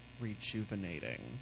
rejuvenating